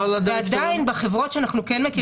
ועדיין בחברות שאנחנו כן מכירים,